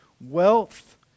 wealth